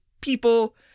people